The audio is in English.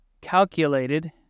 calculated